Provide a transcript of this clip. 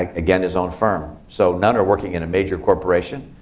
like again, his own firm. so none are working in a major corporation.